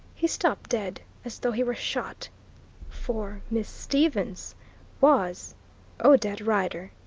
he stopped dead as though he were shot for miss stevens was odette rider!